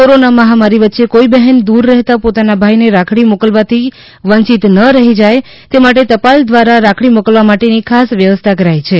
corona મહામારી વચ્ચે કોઇ બહેન દૂર રહેતા પોતાના ભાઇને રાખડી મોકલવાથી વંચિત ન રહી જાય તે માટે ટપાલ દ્વારા રાખડી મોકલવા માટેની આ વ્યવસ્થા કરાઈ છે